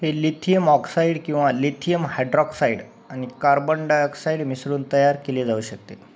हे lithium oxide किंवा lithium hydroxide आणि कार्बन डायऑक्साईड मिसळून तयार केले जाऊ शकते